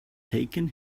taken